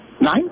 Nine